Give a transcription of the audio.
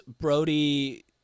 Brody